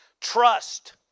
trust